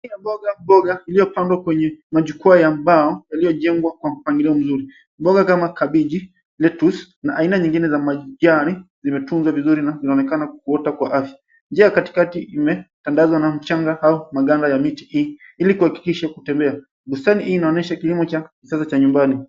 Ya mboga mboga iliyopandwa kwenye majukwaa ya mbao, yaliyojengwa kwa mpangilio mzuri. Mboga kama kabiji, lettuce (cs), na aina nyingine za majani, zimetunzwa vizuri na zinaonekana kuota kwa afya. Njia ya katikati imetandazwa na mchanga au maganda ya miti hii, ili kuhakikisha kutembea. Bustani hii inaonesha kilimo cha kisasa cha nyumbani.